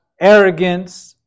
arrogance